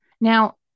Now